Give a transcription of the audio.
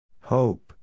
Hope